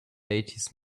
eighties